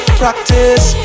practice